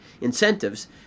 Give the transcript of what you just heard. incentives